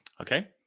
Okay